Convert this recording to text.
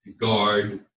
Guard